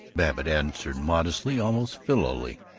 babbitt answered modestly, almost filially.